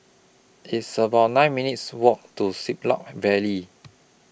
It's about nine minutes' Walk to Siglap Valley